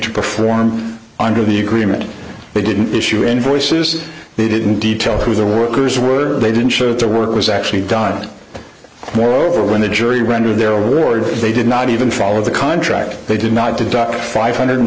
to perform under the agreement they didn't issue invoices they didn't detail who the workers were they didn't show the work was actually done moreover when the jury rendered their orders they did not even follow the contract they did not deduct five hundred and